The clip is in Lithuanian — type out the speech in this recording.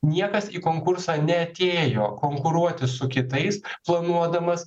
niekas į konkursą neatėjo konkuruoti su kitais planuodamas